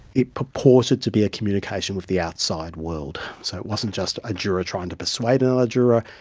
it purported to be a communication with the outside world. so it wasn't just a juror trying to persuade another juror,